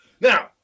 Now